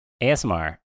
ASMR